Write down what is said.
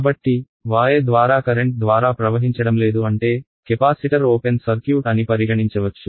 కాబట్టి y ద్వారా current ద్వారా ప్రవహించడంలేదు అంటే కెపాసిటర్ ఓపెన్ సర్క్యూట్ అని పరిగణించవచ్చు